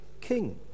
king